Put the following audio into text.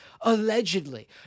allegedly